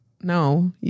no